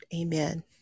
Amen